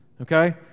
Okay